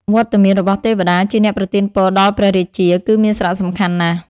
វត្តមានរបស់ទេវតាជាអ្នកប្រទានពរដល់ព្រះរាជា គឺមានសារៈសំខាន់ណាស់។